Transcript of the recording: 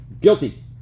Guilty